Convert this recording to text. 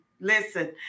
listen